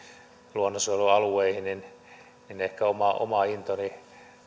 luonnonsuojelualueihin että ehkä oma intoni